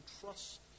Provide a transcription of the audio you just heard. trust